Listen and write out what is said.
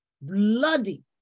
bloody